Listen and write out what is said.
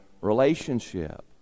relationship